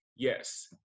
Yes